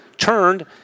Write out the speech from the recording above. turned